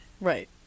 Right